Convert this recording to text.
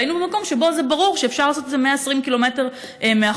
והיינו במקום שבו זה ברור שאפשר לעשות את זה 120 קילומטר מהחוף,